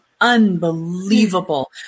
unbelievable